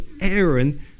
Aaron